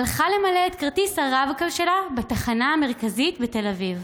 הלכה למלא את כרטיס הרב-קו שלה בתחנה המרכזית בתל אביב.